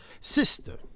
sister